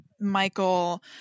Michael